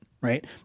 right